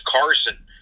Carson